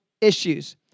issues